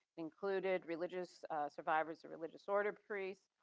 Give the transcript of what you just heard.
included religious survivors, religious order priests,